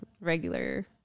regular